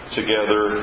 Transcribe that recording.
together